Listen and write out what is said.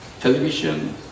television